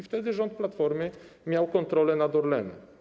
Wtedy rząd Platformy miał kontrolę nad Orlenem.